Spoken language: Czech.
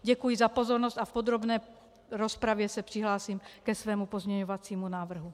Děkuji za pozornost a v podrobné rozpravě se přihlásím ke svému pozměňovacímu návrhu.